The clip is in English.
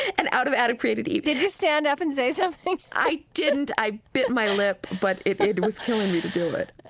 and out of adam created eve. did you stand up and say something? i didn't. i bit my lip, but it was killing me to do it.